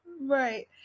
Right